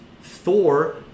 Thor